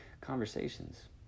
conversations